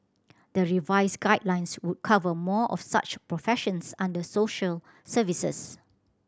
the revised guidelines would cover more of such professions under social services